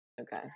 Okay